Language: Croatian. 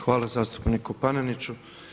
Hvala zastupniku Paneniću.